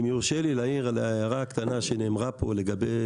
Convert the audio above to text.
אם יורשה לי להעיר על ההערה הקטנה שנאמרה פה לגבי